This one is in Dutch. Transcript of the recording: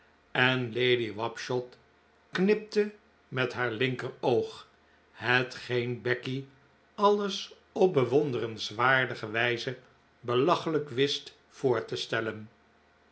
en lady wapshot knipte met haar linkeroog hetgeen becky alles op bewonderenswaardige wijze belachelijk wist voor te stellen